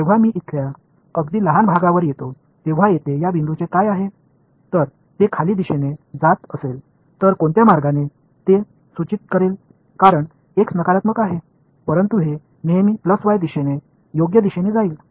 जेव्हा मी इथल्या अगदी लहान भागावर येतो तेव्हा येथे या बिंदूचे काय आहे जर ते खाली दिशेने जात असेल तर कोणत्या मार्गाने ते सूचित करेल कारण x नकारात्मक आहे परंतु ते नेहमी प्लस y दिशेने योग्य दिशेने जाईल